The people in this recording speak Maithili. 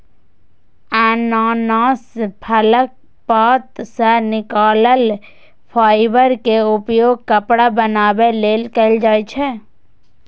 अनानास फलक पात सं निकलल फाइबर के उपयोग कपड़ा बनाबै लेल कैल जाइ छै